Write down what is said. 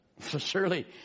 Surely